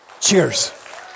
Cheers